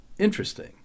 interesting